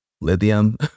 lithium